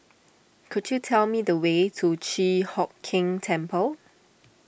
could you tell me the way to Chi Hock Keng Temple